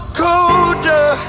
colder